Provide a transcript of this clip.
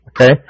Okay